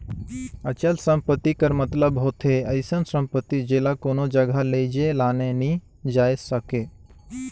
अचल संपत्ति कर मतलब होथे अइसन सम्पति जेला कोनो जगहा लेइजे लाने नी जाए सके